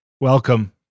welcome